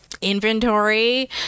inventory